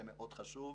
זה מאוד חשוב.